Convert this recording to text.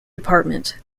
department